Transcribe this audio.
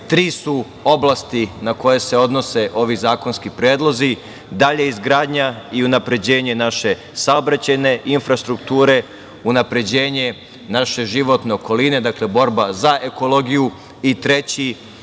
su oblasti na koje se odnose ovi zakonski predlozi - dalja izgradnja i unapređenje naše saobraćajne infrastrukture, unapređenje naše životne okoline, dakle, borba za ekologiju i treći sektor,